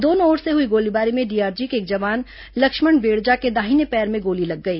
दोनों ओर से हई गोलीबारी में डीआरजी के एक जवान लक्ष्मण बेड़जा के दाहिने पैर में गोली लग गई